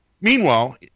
Meanwhile